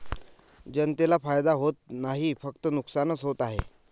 जनतेला फायदा होत नाही, फक्त नुकसानच होत आहे